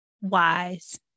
wise